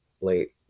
late